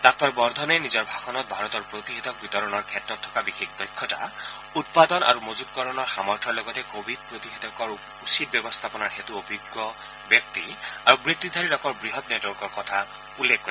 ডাঃ বৰ্ধনে নিজৰ ভাষণত ভাৰতৰ প্ৰতিষেধক বিতৰণৰ ক্ষেত্ৰত থকা বিশেষ দক্ষতা উৎপাদন আৰু মজুতকৰণ সামৰ্থৰ লগতে কোৱিড প্ৰতিষেধকৰ উচিত ব্যৱস্থাপনাৰ হেতু অভিজ্ঞ ব্যক্তি আৰু বৃত্তিধাৰী লোকৰ বৃহৎ নেটৱৰ্কৰ কথা উল্লেখ কৰে